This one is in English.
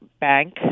bank